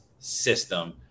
system